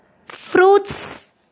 Fruits